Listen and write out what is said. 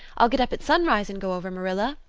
i'll get up at sunrise and go over, marilla.